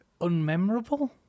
unmemorable